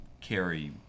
carry